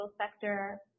sector